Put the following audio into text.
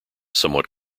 somewhat